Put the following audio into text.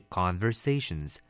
conversations